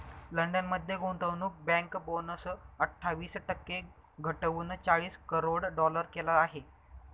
London मध्ये गुंतवणूक bank bonus अठ्ठावीस टक्के घटवून चाळीस करोड डॉलर केला आहे